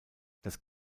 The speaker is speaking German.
das